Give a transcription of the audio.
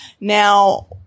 Now